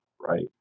right